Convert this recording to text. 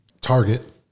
Target